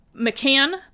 McCann